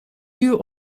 you